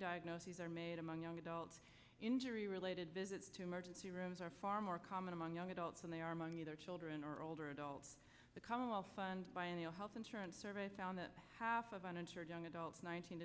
diagnoses are made among young adults injury related visits to emergency rooms are far more common among young adults and they are among either children or older adults the commonwealth fund biennial health insurance survey found that half of uninsured young adults nineteen